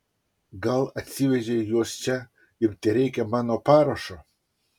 gal atsivežei juos čia ir tereikia mano parašo